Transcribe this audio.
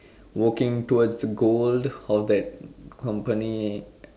working towards the goal of that company